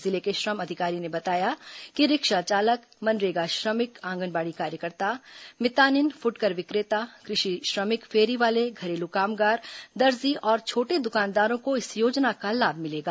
जिले के श्रम अधिकारी ने बताया कि रिक्शा चालक मनरेगा श्रमिक आंगनवाड़ी कार्यकर्ता मितानिन फृटकर विक्रेता कृषि श्रमिक फेरीवाले घरेलू कामगार दर्जी और छोटे दुकानदारों को इस योजना का लाभ मिलेगा